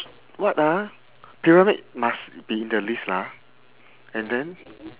what ah pyramid must be in the list lah and then